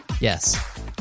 Yes